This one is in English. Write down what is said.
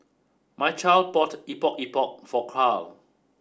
Mychal bought Epok Epok for Carl